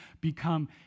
become